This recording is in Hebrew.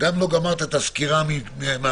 גם לא סיימת את הסקירה מהבוקר,